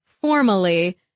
formally